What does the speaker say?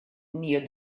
near